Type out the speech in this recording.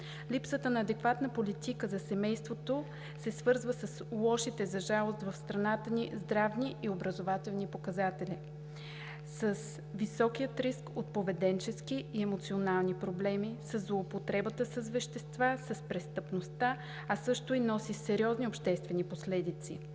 Липсата на адекватна политика за семейството се свързва с лошите за жалост в страната ни здравни и образователни показатели – с високия риск от поведенчески и емоционални проблеми, със злоупотребата с вещества, с престъпността, а също носи и сериозни обществени последици.